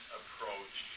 approach